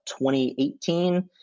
2018